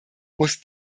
muss